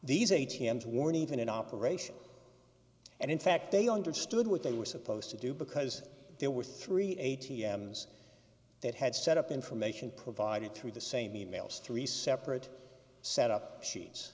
these a t m sworn even in operation and in fact they understood what they were supposed to do because there were three a t m s that had set up information provided through the same e mails three separate set up sheets